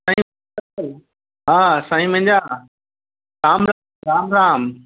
साईं हा साईं मुंहिंजा राम राम राम